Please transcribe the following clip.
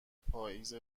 پائیز